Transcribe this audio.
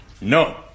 No